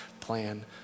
plan